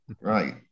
right